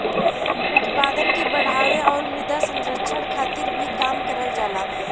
उत्पादन के बढ़ावे आउर मृदा संरक्षण खातिर भी काम करल जाला